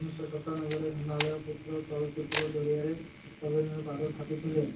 ଉଣେଇଶ ସତାନବେରେ ହିମାଳୟ ପୁତ୍ର ଚଳଚ୍ଚିତ୍ର ଜରିଆରେ ଅଭିନୟରେ ପାଦ ଥାପିଥିଲେ